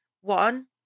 one